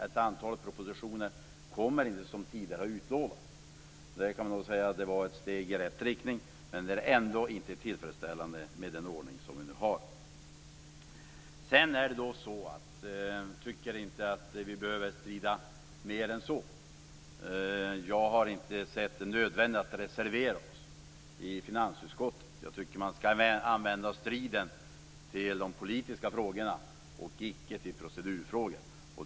Ett antal propositioner kommer ju inte som tidigare har utlovats. Det kan man säga är ett steg i rätt riktning men den ordning som vi nu har är ändå inte tillfredsställande. Jag tycker inte att vi behöver strida mer än så. Jag har inte sett det nödvändigt för oss att reservera oss i finansutskottet. Striden skall, menar jag, användas till de politiska frågorna, icke till procedurfrågor.